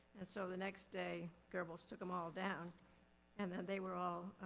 and so the next day, goebbels took them all down and they were all